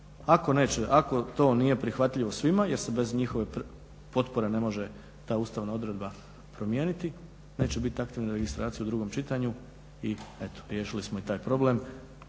Ako to nije prihvatljivo svima, jer se bez njihove potpore ne može ta ustavna odredba promijeniti, neće biti aktivne registracije u drugom čitanju i eto riješili smo i taj problem.